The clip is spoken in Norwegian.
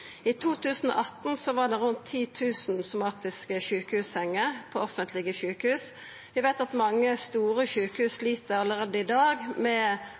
I 2018 var det rundt 10 000 somatiske sjukehussenger på offentlege sjukehus. Vi veit at mange store sjukehus allereie i dag slit med